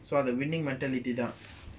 so the winning mentality